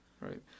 right